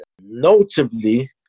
Notably